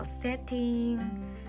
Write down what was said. setting